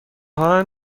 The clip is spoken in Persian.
آهن